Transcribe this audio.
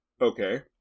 Okay